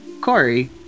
Corey